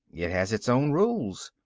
it has its own rules.